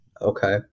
Okay